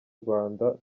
rwanda